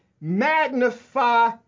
magnify